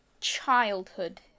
childhood